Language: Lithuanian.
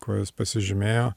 kuo jis pasižymėjo